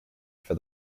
for